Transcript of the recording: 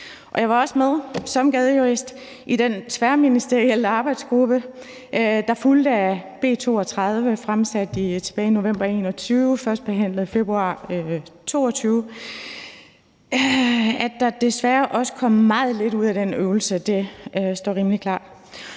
som gadejurist i den tværministerielle arbejdsgruppe, der fulgte af B 32, som blev fremsat tilbage i november 2021 og førstebehandlet i februar 2022. At der desværre også kom meget lidt ud af den øvelse, står rimelig klart.